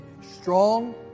strong